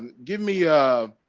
give me a